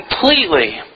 completely